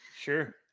Sure